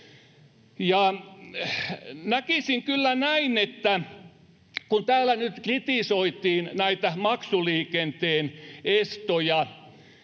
Näkisin kyllä näin, että kun täällä nyt kritisoitiin maksuliikenteen estoja